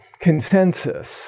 consensus